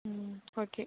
ம் ஓகே